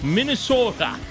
Minnesota